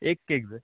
एक केक जाय